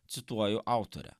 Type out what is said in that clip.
cituoju autorę